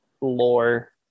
lore